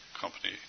company